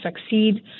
succeed